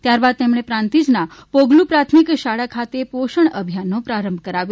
ત્યારબાદ તેમણે પ્રાંતિજના પોગલુ પ્રાથમિક શાળા ખાતે પોષણ અભિયાનનો પ્રારંભ કરાવ્યો